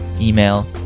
email